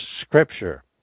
scripture